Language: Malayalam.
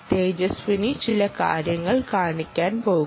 തേജസ്വിനി ചില കാര്യങ്ങൾ കാണിക്കാൻ പോകുന്നു